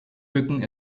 bücken